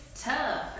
tough